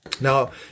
Now